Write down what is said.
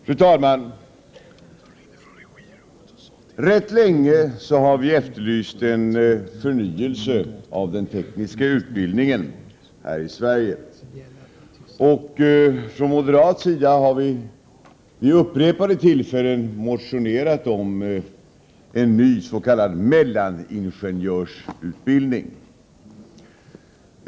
Fru talman! Rätt länge har vi efterlyst en förnyelse av den tekniska utbildningen här i Sverige. Från moderat sida har vi vid upprepade tillfällen motionerat om en ny s.k. mellaningenjörsutbildning.